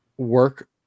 work